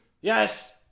Yes